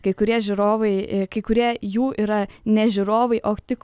kai kurie žiūrovai kai kurie jų yra ne žiūrovai o tik